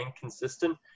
consistent